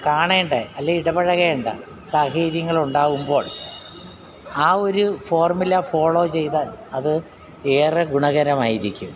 കാണേണ്ട അല്ലെൽ ഇടപഴകേണ്ട സാഹചര്യങ്ങൾ ഉണ്ടാകുമ്പോൾ ആ ഒരു ഫോർമുല ഫോളോ ചെയ്താൽ അത് ഏറെ ഗുണകരമായിരിക്കും